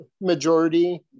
majority